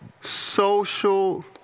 social